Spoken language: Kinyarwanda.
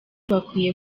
bakwiye